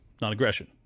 non-aggression